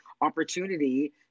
opportunity